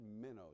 minnows